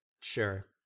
sure